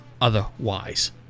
otherwise